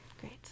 Great